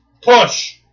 push